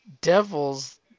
devils